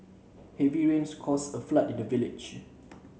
heavy rains caused a flood in the village